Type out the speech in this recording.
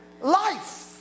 life